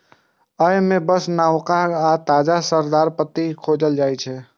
अय मे बस नवका आ ताजा रसदार पत्ती कें खोंटल जाइ छै